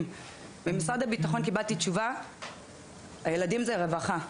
במשרד הביטחון קיבלתי תשובה 'הילדים זה רווחה'.